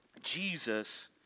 Jesus